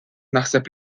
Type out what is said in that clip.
naħseb